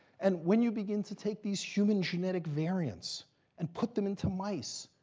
and when you begin to take these human genetic variants and put them into mice,